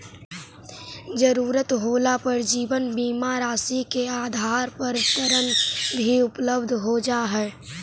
ज़रूरत होला पर जीवन बीमा के राशि के आधार पर ऋण भी उपलब्ध हो जा हई